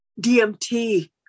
DMT